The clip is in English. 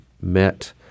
met